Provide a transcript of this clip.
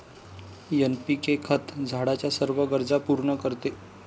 NPK खत झाडाच्या सर्व गरजा पूर्ण करते